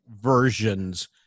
version's